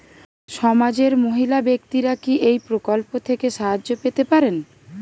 সমাজের মহিলা ব্যাক্তিরা কি এই প্রকল্প থেকে সাহায্য পেতে পারেন?